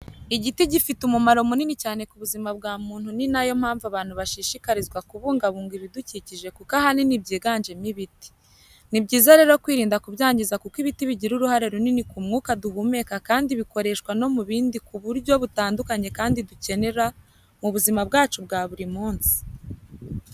Igiti gifite umumaro munini cyane ku buzima bwa muntu ni nayo mpamvu abantu bashishikarizwa kubungabunga ibidukikije kuko ahanini byiganjemo ibiti. Ni byiza rero kwirinda kubyangiza kuko ibiti bigira uruhare runini mu mwuka duhumeka kandi bikoreshwa no mu bundi buryo butandukanye kandi dukenerw mu buzima bwacu bwa buri munsi.